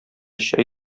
чәй